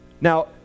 Now